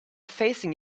facing